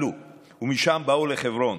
עלו, "ומשם באו לחברון.